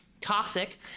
toxic